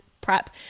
prep